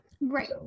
Right